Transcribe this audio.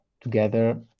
together